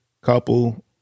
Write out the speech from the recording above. couple